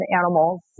animals